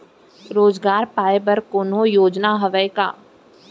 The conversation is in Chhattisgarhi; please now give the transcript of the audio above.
रोजगार पाए बर कोनो योजना हवय का?